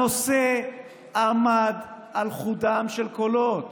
הנושא עמד על חודם של קולות.